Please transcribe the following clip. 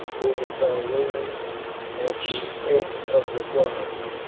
whom he found waiting at the edge of the forest.